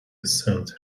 centre